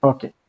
Okay